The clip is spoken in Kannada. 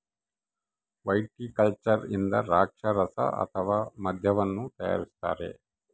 ವೈಟಿಕಲ್ಚರ್ ಇಂದ ದ್ರಾಕ್ಷಾರಸ ಅಥವಾ ಮದ್ಯವನ್ನು ತಯಾರಿಸ್ತಾರ